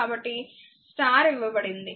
కాబట్టి స్టార్ ఇవ్వబడింది